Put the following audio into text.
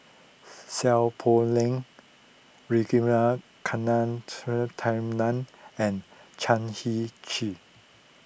Seow Poh Leng Ragunathar Kanagasuntheram and Chan Heng Chee